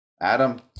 Adam